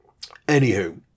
Anywho